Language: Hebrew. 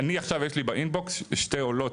לי עכשיו יש בתיבת הדואר האלקטרוני שתי עולות